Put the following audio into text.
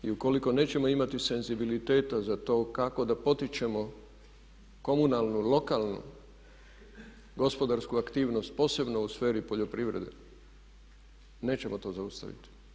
I u koliko nećemo imati senzibiliteta za to kako da potičemo komunalnu, lokalnu, gospodarsku aktivnost, posebno u sferi poljoprivrede, nećemo to zaustaviti.